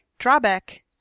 Drawback